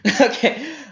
Okay